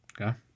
Okay